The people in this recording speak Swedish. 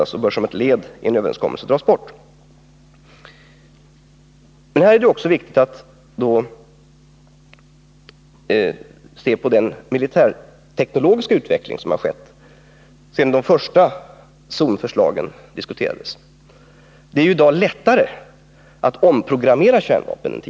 Vapnen bör därför, som ett led i en överenskommelse, dras bort. Här är det också viktigt att vi ser på den militär-teknologiska utveckling som har ägt rum sedan de första zonförslagen diskuterades. Det är ju i dag lättare än tidigare att omprogrammera kärnvapen.